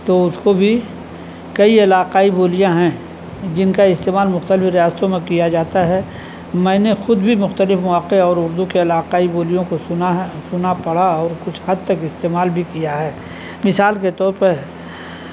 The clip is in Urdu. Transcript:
تو اس کو بھی کئی علاقائی بولیاں ہیں جن کا استعمال مختلف ریاستوں میں کیا جاتا ہے میں نے خود بھی مختلف مواقع اور اردو کے علاقائی بولیوں کو سنا ہے سنا پڑھا اور کچھ حد تک استعمال بھی کیا ہے مثال کے طور پر